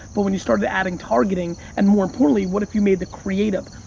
but when you started adding targeting, and more importantly, what if you made the creative?